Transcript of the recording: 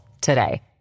today